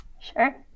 Sure